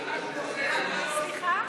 סליחה?